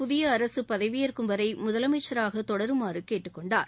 புதிய அரசு பதிவியேற்கும் வரை முதலமைச்சராக தொடருமாறு கேட்டுக்கொண்டார்